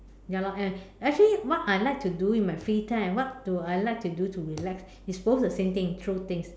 ya lor and actually what I like to do in my free time and what do I like to do to relax is both the same thing throw things